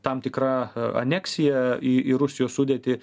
tam tikra aneksija į į rusijos sudėtį